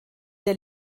der